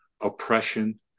oppression